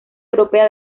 europea